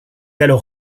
alors